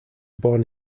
born